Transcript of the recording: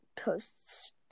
posts